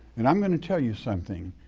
and i'm gonna tell you something,